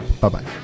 Bye-bye